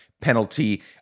penalty